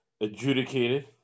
adjudicated